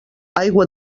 aigua